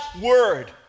word